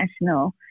national